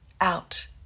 out